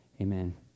amen